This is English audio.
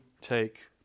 take